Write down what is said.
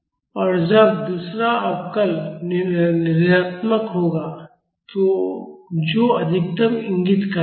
और जब दूसरा अवकल ऋणात्मक होता है जो अधिकतम इंगित करता है